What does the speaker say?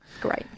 great